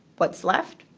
what's left?